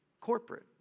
corporate